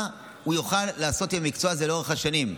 מה הוא יוכל לעשות עם המקצוע הזה לאורך השנים: